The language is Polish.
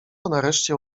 nareszcie